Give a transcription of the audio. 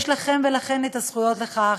יש לכם ולכן את הזכויות על כך.